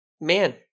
Man